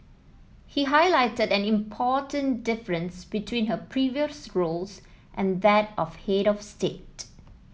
he highlighted an important difference between her previous roles and that of head of state